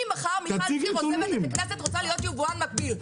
אני מחר, מיכל שיר, רוצה להיות יבואן מקביל.